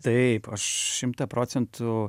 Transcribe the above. taip aš šimtą procentų